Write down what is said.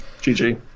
GG